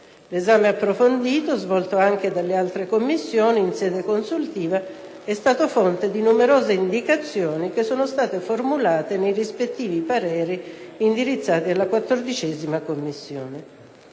L'esame approfondito, svolto anche dalle altre Commissioni in sede consultiva, è stato fonte di numerose indicazioni, che sono state formulate nei rispettivi pareri indirizzati alla 14a Commissione.